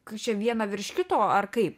kas čia vieną virš kito ar kaip